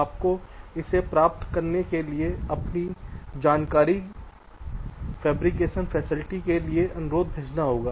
आपको इसे प्राप्त करने के लिए अपनी जानकारी फेब्रिकेशन फैसिलिटी के लिए अनुरोध भेजना होगा